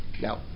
Now